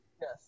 yes